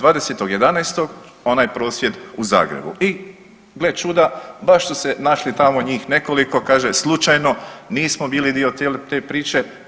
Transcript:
20.11. onaj prosvjed u Zagrebu i gle čuda baš su se našli tamo njih nekoliko, kaže slučajno nismo bili dio te priče.